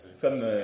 Comme